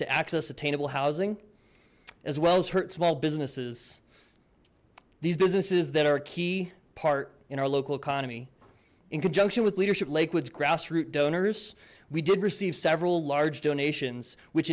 to access attainable housing as well as hurt small businesses these businesses that are key part in our local economy in conjunction with leadership lake woods grassroot donors we did receive several large donations which